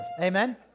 Amen